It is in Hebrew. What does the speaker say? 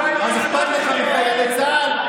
אז אכפת לך מחיילי צה"ל?